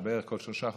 בערך כל שלושה חודשים,